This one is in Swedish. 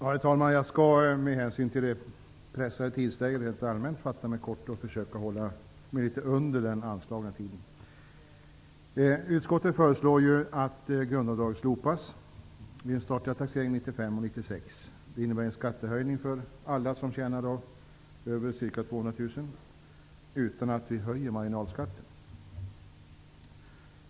Herr talman! Jag skall med hänsyn till det pressade tidsläget rent allmänt fatta mig kort och försöka hålla mig litet under den anslagna tiden. Utskottet föreslår att grundavdraget slopas vid den statliga taxeringen 1995 och 1996. Det innebär en skattehöjning för alla som tjänar över ca 200 000, utan att vi därmed höjer marginalskatten.